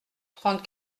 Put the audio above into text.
trente